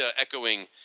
echoing